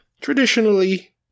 traditionally